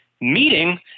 meeting